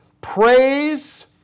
Praise